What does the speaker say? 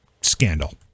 scandal